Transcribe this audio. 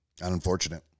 Unfortunate